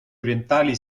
orientali